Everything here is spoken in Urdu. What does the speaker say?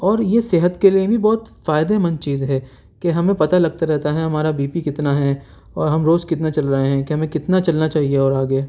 اور یہ صحت کے لیے بھی بہت فائدے مند چیز ہے کہ ہمیں پتا لگتا رہتا ہے ہمارا بی پی کتنا ہے اور ہم روز کتنا چل رہے ہیں کہ ہمیں کتنا چلنا چاہیے اور آگے